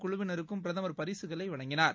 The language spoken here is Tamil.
குழுவினருக்கும் பிரதமர் பரிசுகளை வழங்கினார்